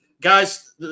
Guys